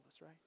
right